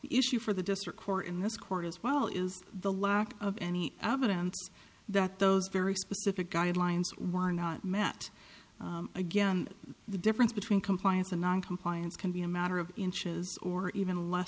issue for the district court in this court as well is the lack of any evidence that those very specific guidelines why not met again the difference between compliance and noncompliance can be a matter of inches or even less